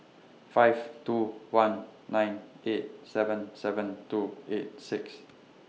five two one nine eight seven seven two eight six